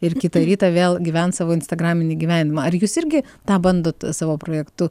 ir kitą rytą vėl gyvent savo instagraminį gyvenimą ar jūs irgi tą bandot savo projektu